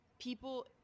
people